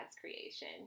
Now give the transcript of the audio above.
creation